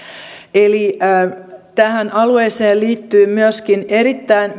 eli tähän alueeseen liittyy erittäin